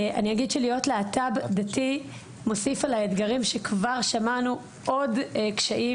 להיות להט"ב דתי מוסיף על האתגרים שכבר שמענו עוד קשיים,